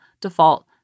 default